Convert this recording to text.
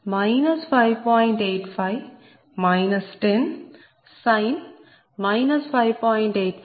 024 p